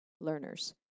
learners